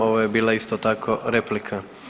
Ovo je bila isto tako replika.